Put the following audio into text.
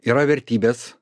yra vertybės